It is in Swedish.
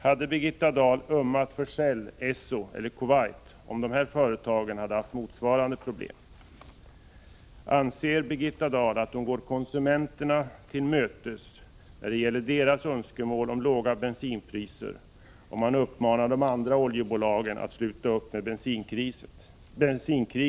Hade Birgitta Dahl ömmat för Shell, Esso eller Kuwait Petroleum, om dessa företag hade haft motsvarande problem? Anser Birgitta Dahl att hon går konsumenterna till mötes när det gäller önskemålen om låga bensinpriser genom att uppmana de andra oljebolagen att sluta upp med bensinkriget?